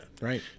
Right